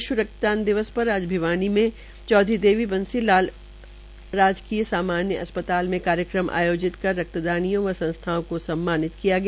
विश्व रक्त दिवस पर आज भिवानी के चौधरी बंसी लाल राजकीय सामान्य अस्पताल में कार्यक्रम आयोजित कर रक्तदातियों व संस्थाओं को सम्मानित किया गया